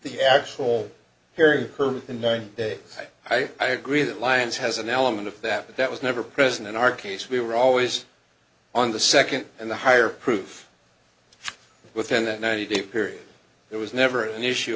the actual hearing her in nine days i agree that lions has an element of that that was never present in our case we were always on the second and the higher proof within that ninety day period there was never an issue